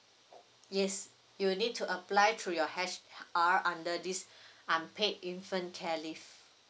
yes you'll need to apply through your H_R under this unpaid infant care leave